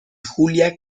julia